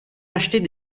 acheter